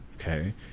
okay